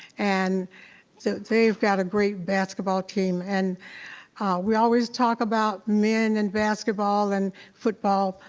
and so they've got a great basketball team. and we always talk about men and basketball, and football,